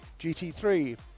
GT3